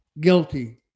guilty